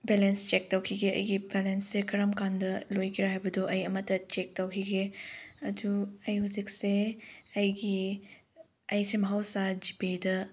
balance check ꯇꯧꯈꯤꯒꯦ ꯑꯩꯒꯤ ꯕꯦꯂꯦꯟꯁꯁꯦ ꯀꯔꯝ ꯀꯥꯟꯗ ꯂꯣꯏꯒꯦꯔ ꯍꯥꯏꯕꯗꯨ ꯑꯩ ꯑꯃꯇ ꯆꯦꯛ ꯇꯧꯈꯤꯒꯦ ꯑꯗꯨ ꯑꯩ ꯍꯧꯖꯤꯛꯁꯦ ꯑꯩꯒꯤ ꯑꯩꯁꯦ ꯃꯍꯧꯁꯥ ꯖꯤꯄꯦꯗ